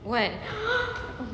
what